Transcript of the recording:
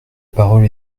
parole